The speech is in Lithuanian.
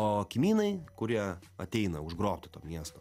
o kmynai kurie ateina užgrobti to miesto